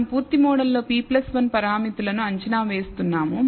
మనం పూర్తి మోడల్ లో p 1 పారామితులు ను అంచనా వేస్తున్నాము